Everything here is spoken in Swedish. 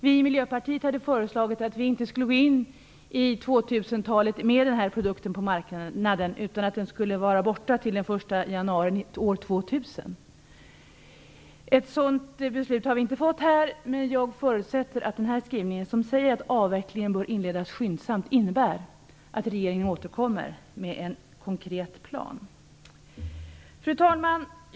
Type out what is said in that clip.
Vi i Miljöpartiet hade föreslagit att vi inte skulle gå in i 2000-talet med den här produkten på marknaden, utan att den skulle vara borta till den 1 januari år 2000. Ett sådant beslut har vi inte fått här, men jag förutsätter att den här skrivningen, där man säger att avvecklingen bör inledas skyndsamt, innebär att regeringen återkommer med en konkret plan. Fru talman!